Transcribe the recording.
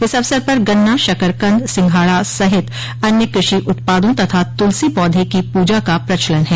इस अवसर पर गन्ना शकरकंद सिंघाड़ा सहित अन्य कृषि उत्पादों तथा तुलसी पौधे की पूजा का प्रचलन है